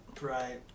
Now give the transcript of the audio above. Right